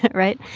but right?